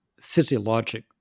physiologic